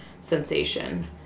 sensation